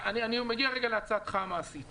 אני חושב שהתקדמנו.